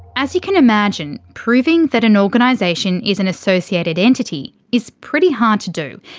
as you can imagine, proving that an organisation is an associated entity is pretty hard to do.